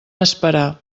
esperar